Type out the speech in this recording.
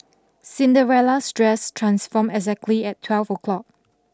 Cinderella's dress transformed exactly at twelve o'clock